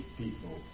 people